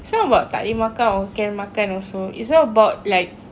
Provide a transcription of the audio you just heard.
it's not about tak boleh makan or can makan also it's all about like